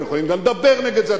אתם יכולים גם לדבר נגד זה,